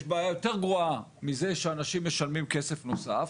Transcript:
יש בעיה יותר גרועה מזה שאנשים משלמים כסף נוסף.